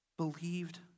believed